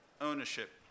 ownership